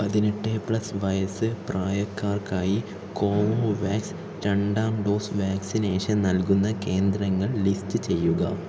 പതിനെട്ട് പ്ലസ് വയസ്സ് പ്രായക്കാർക്കായി കോവുവാക്സ് രണ്ടാം ഡോസ് വാക്സിനേഷൻ നൽകുന്ന കേന്ദ്രങ്ങൾ ലിസ്റ്റ് ചെയ്യുക